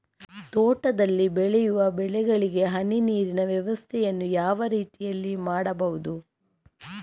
ತೋಟದಲ್ಲಿ ಬೆಳೆಯುವ ಬೆಳೆಗಳಿಗೆ ಹನಿ ನೀರಿನ ವ್ಯವಸ್ಥೆಯನ್ನು ಯಾವ ರೀತಿಯಲ್ಲಿ ಮಾಡ್ಬಹುದು?